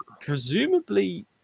presumably